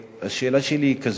השאלה שלי היא כזו: